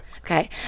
Okay